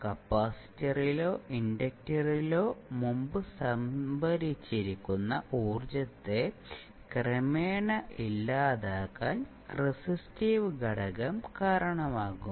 കപ്പാസിറ്ററിലോ ഇൻഡക്ടറിലോ മുമ്പ് സംഭരിച്ചിരുന്ന ഊർജ്ജത്തെ ക്രമേണ ഇല്ലാതാക്കാൻ റെസിസ്റ്റീവ് ഘടകം കാരണമാകും